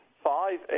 five